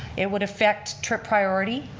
it would effect trip priority,